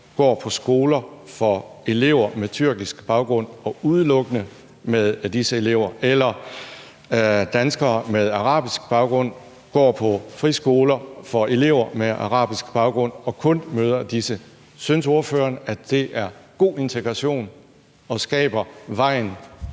går på skoler med elever med tyrkisk baggrund – og udelukkende med disse elever – eller når danskere med arabisk baggrund går på friskoler for elever med arabisk baggrund og kun møder disse elever? Synes ordføreren, at det er god integration og skaber vejen